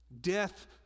Death